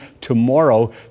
tomorrow